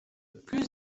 plus